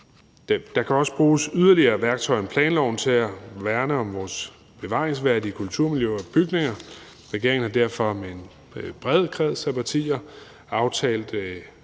Der kan også bruges yderligere værktøj i planloven til at værne om vores bevaringsværdige kulturmiljøer og bygninger. Regeringen har derfor med en bred kreds af partier i aftale